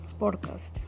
podcast